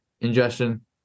ingestion